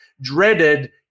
dreaded